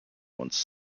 once